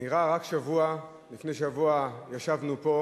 נראה שרק לפני שבוע ישבנו פה